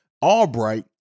Albright